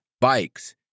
bikes